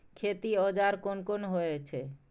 खेती औजार कोन कोन होई छै?